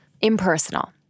impersonal